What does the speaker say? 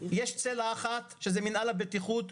יש צלע אחת שהיא מינהל הבטיחות,